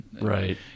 Right